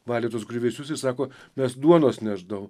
valė tuos griuvėsius ir sako mes duonos nešdavom